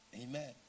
Amen